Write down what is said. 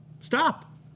stop